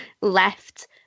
left